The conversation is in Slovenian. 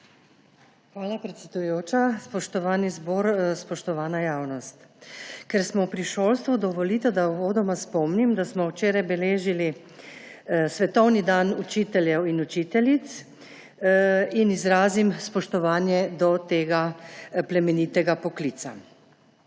Hvala, predsedujoča. Spoštovani zbor, spoštovana javnost! Ker smo pri šolstvu, dovolite, da uvodoma spomnim, da smo včeraj beležili svetovni dan učiteljev in učiteljic in izrazim spoštovanje do tega plemenitega poklica.